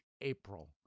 April